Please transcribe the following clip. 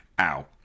Ow